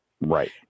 Right